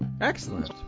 Excellent